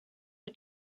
her